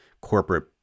corporate